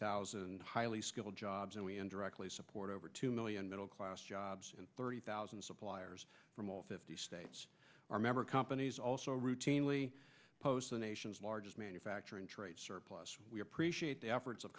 thousand highly skilled jobs and we and directly support over two million middle class jobs and thirty thousand suppliers from all fifty states our member companies also routinely post the nation's largest manufacturing trade surplus we appreciate the